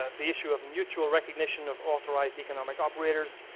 ah the issue of mutual recognition of authorized economic operators,